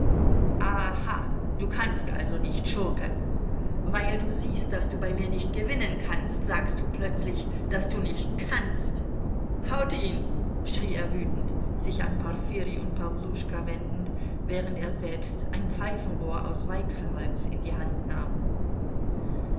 aha du kannst also nicht schurke weil du siehst dass du bei mir nicht gewinnen kannst sagst du plötzlich dass du nicht kannst haut ihn schrie er wütend sich an porfirij und pawluschka wendend während er selbst ein pfeifenrohr aus weichselholz in die hand nahm